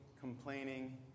complaining